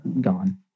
gone